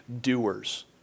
doers